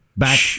back